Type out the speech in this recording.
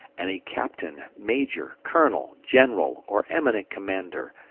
any captain, major, colonel, general, or eminent commander,